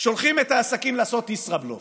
שולחים את העסקים לעשות ישראבלוף.